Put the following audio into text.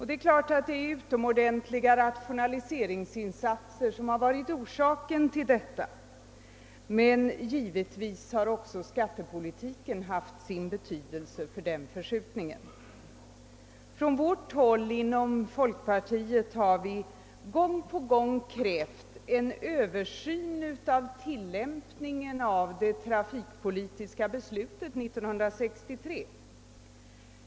Det är klart att utomordentliga rationaliseringsinsatser delvis har varit orsaken till detta, men skattepolitiken har också haft sin betydelse för den förskjutningen. Från folkpartiets sida har vi gång på gång krävt en översyn av tillämpningen av det trafikpolitiska beslutet 1963.